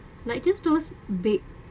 like just those big